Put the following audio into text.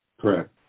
Correct